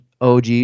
OG